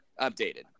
updated